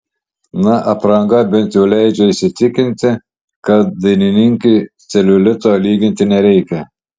na apranga bent jau leidžia įsitikinti kad dainininkei celiulito lyginti nereikia